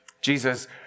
Jesus